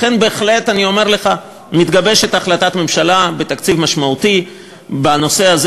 לכן בהחלט אני אומר לך: מתגבשת החלטת ממשלה בתקציב משמעותי בנושא הזה